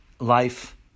life